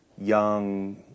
young